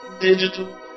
Digital